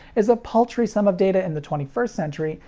is a paltry sum of data in the twenty first century,